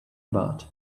about